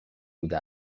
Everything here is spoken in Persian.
بوده